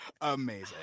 amazing